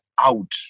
out